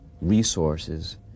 resources